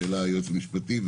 שהעלה היועץ המשפטי,